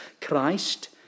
Christ